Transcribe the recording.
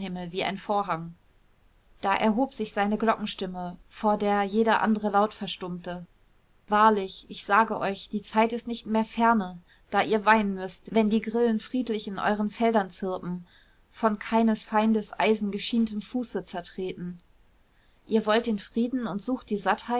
wie ein vorhang da erhob sich seine glockenstimme vor der jeder andere laut verstummte wahrlich ich sage euch die zeit ist nicht mehr ferne da ihr weinen müßt wenn die grillen friedlich in euren feldern zirpen von keines feindes eisengeschientem fuße zertreten ihr wollt den frieden und sucht die